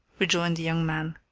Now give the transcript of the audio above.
rejoined the young man.